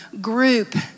group